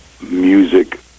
music